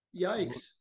Yikes